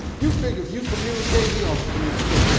you think if you communicate, he oughta communicate.